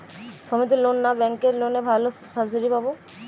সমিতির লোন না ব্যাঙ্কের লোনে ভালো সাবসিডি পাব?